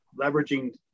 leveraging